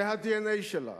זה ה-DNA שלה.